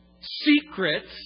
secrets